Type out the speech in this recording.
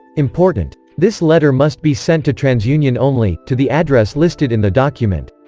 important! this letter must be sent to transunion only, to the address listed in the document.